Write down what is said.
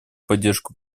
поддержку